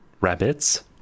Rabbits